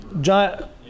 giant